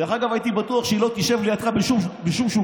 דרך אגב, הייתי בטוח שהיא לא תשב לידך בשום שולחן,